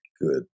good